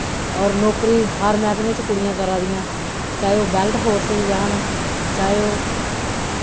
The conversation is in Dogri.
और नौकरी हर मैह्कमे च कुड़ियां करा दियां चाहे ओ बैल्टफोर्स च जान चाहे ओह्